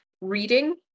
reading